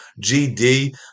GD